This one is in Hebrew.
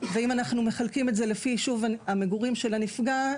אם אנחנו מחלקים את זה לפי יישוב המגורים של הנפגע,